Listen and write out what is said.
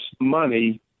money